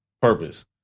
purpose